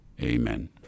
Amen